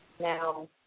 now –